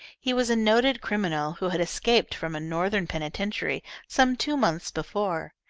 he was a noted criminal who had escaped from a northern penitentiary some two months before,